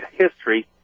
history